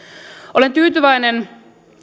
olen tyytyväinen